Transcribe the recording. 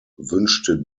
wünschte